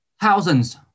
thousands